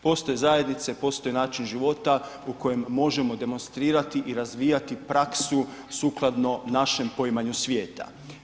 Postoje zajednice, postoji način života u kojem možemo demonstrirati i razvijati praksu sukladno našem poimanju svijeta.